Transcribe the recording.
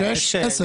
שש או עשר שנים.